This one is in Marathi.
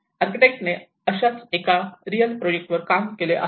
आर्किटेक्ट्सने अशाच एका रियल प्रोजेक्ट वर काम केले आहे